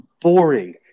boring